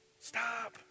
Stop